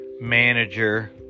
manager